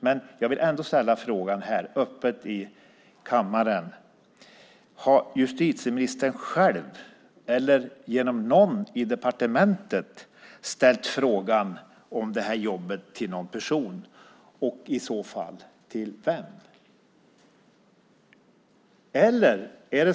Men jag vill ändå ställa frågan öppet här i kammaren: Har justitieministern själv, eller genom någon på departementet, ställt frågan om det här jobbet till någon person, och i så fall till vem?